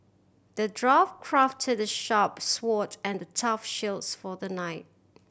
the dwarf crafted the sharp sword and the tough shield for the knight